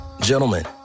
Gentlemen